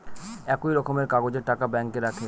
একই রকমের কাগজের টাকা ব্যাঙ্কে রাখে